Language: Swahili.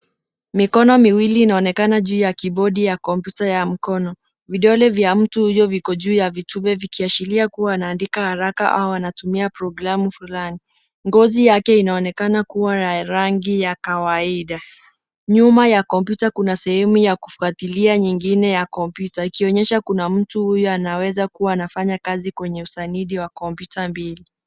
Mikono miwili inaonekana juu ya kibodi ya kompyuta ya mkono. Vidole vya mtu huyo viko juu ya vitufe vikiashiria kuwa anaandika haraka au anatumia programmu fulani. Ngozi yake inaonekana kuwa ya rangi ya kawaida. Nyuma ya kompyuta, kuna sehemu ya kufuatilia nyingine ya kompyuta ikionyesha kuna mtu huyo anaweza kuwa anafanya kazi kwenye usanidi wa kompyuta mbili.